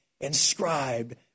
inscribed